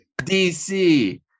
dc